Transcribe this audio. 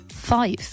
Five